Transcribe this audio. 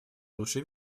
лучше